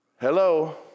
Hello